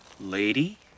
Lady